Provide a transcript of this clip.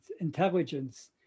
intelligence